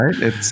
right